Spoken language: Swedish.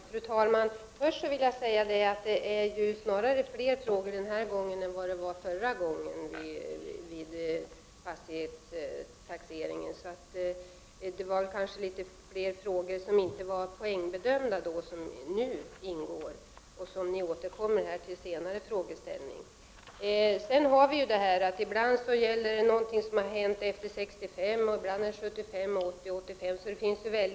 Fru talman! Först vill jag säga att det snarare är fler frågor den här gången än det var vid den förra fastighetstaxeringen. Fler av de frågor som ingår nu poängbedömdes kanske inte då. De återkommer i en senare frågeställning. Ibland gäller frågorna något som har hänt efter 1965, ibland efter 1975, 1980 eller 1985.